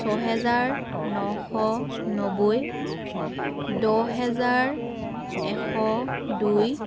ছহেজাৰ নশ নব্বৈ দহ হেজাৰ এশ দুই